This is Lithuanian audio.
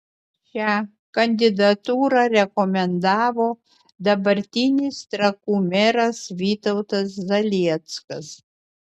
šią kandidatūrą rekomendavo dabartinis trakų meras vytautas zalieckas